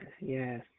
yes